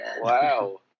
Wow